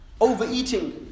Overeating